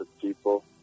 people